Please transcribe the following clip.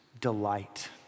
delight